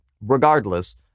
regardless